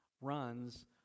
runs